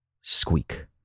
Squeak